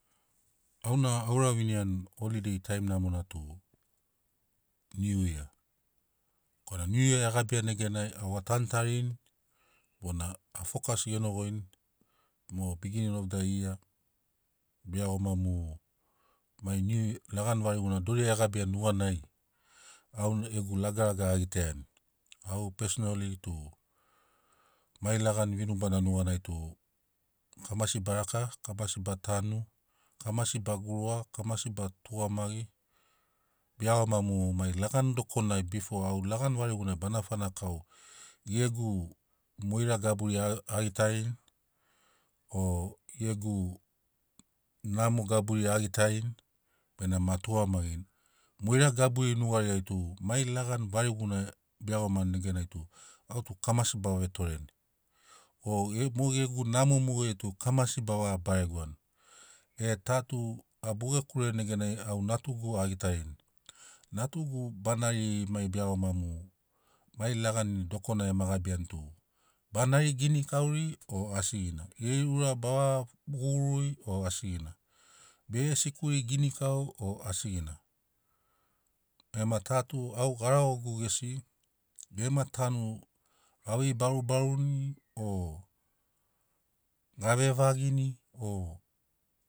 Au na a ura viniani holiday taim namona tu niu yia korana niu yia e gabiani neganai au a tanu tarini bona a fokas geno goini mo biginin of da yia be iagoma mu mai niu lagani variguna dori e gabiani nuganai au gegu lagalaga a gitaiani au pesonoli tu mai lagani vinubana nuganai tu kamasi bar aka kamasi ba tanu kamasi ba guruga kamasi ba tugamagi be iagoma mu mai lagani dokonai bifo au lagan varigunai bana fana kau gegu moira gaburi a gitarini o gegu namo gaburi a gitarini benamo a tugamagini moira gaburi nugariai tu mai lagani varigunai be iagomani neganai tu au tu kamasi ba vetoreni o ge mo gegu namo mogeri tu kamasi ba vaga baregoani e ta tu a boge kureni neganai au nature a gitarini natugu ba nariri mai be iagoma mu mai lagani dokona ema gabiani tub a nari ginikauri o asigina geri ura bava gugururi o asigina bege sikuri ginikau o asigina. Ema ta tu au garagogu gesi gema tanu ga vei barubaruni o ga vevagini o